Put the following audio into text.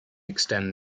extend